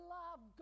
love